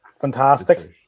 Fantastic